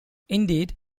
indeed